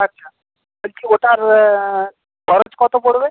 আচ্ছা বলছি ওটার খরচ কত পড়বে